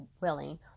willing